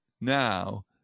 now